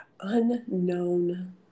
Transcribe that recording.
Unknown